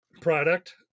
product